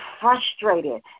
frustrated